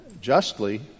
justly